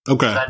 Okay